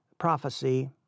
Prophecy